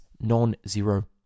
non-zero